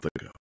ago